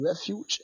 refuge